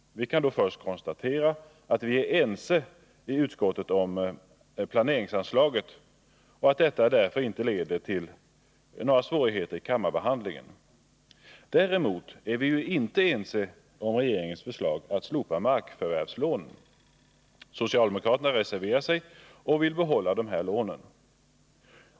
Vi kan då först konstatera att vi i utskottet är ense om planeringsanslaget och att detta därför inte leder till några svårigheter vid kammarbehandlingen. Däremot är vi inte ense om regeringens förslag att slopa markförvärvslånen. Socialdemokraterna reserverar sig och vill behålla de här lånen.